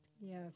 Yes